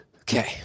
Okay